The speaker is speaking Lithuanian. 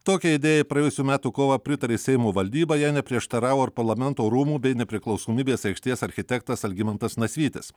tokią idėją praėjusių metų kovą pritarė seimo valdyba jai neprieštaravo ir parlamento rūmų bei nepriklausomybės aikštės architektas algimantas nasvytis